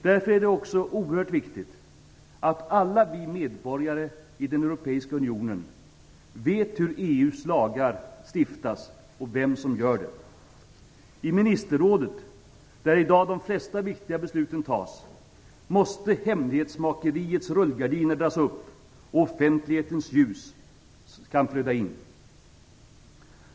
Därför är det också oerhört viktigt att alla vi medborgare i den europeiska unionen vet hur EU lagar stiftas och vem som gör det. I ministerrådet - där i dag de flesta viktiga besluten tas - måste hemlighetsmakeriets rullgardiner dras upp så att offentlighetens ljus kan flöda in.